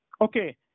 Okay